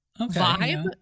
vibe